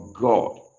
God